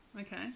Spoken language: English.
Okay